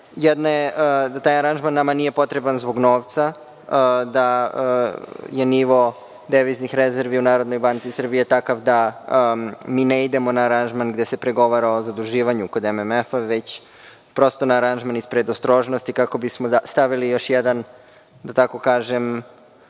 Prva je da taj aranžman nama nije potreban zbog novca, da je nivo deviznih rezervi u Narodnoj banci Srbije takav da mi ne idemo na aranžman gde se pregovara o zaduživanju kod MMF-a, već prosto na aranžman iz predostrožnosti kako bismo stavili još jedan simbol,